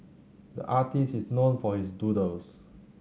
the artist is known for his doodles